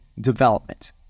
development